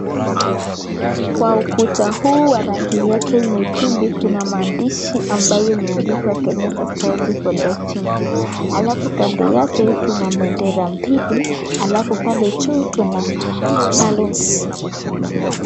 Kwa ukuta huu wa rangi yake nyekundu, kuna maandishi ambayo yameandikwa Kenya Society for Deaf Children . Alafu kando yake, kuna bendera mbili, alafu pale juu kuna ballons .